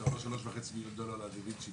אתה אומר 3.5 מיליון דולר לדה וינצ'י.